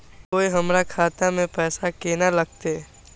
कोय हमरा खाता में पैसा केना लगते?